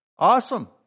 awesome